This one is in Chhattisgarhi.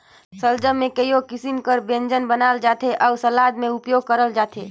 सलजम ले कइयो किसिम कर ब्यंजन बनाल जाथे अउ सलाद में उपियोग करल जाथे